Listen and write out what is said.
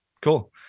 cool